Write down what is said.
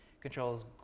Controls